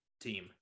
team